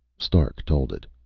stark told it.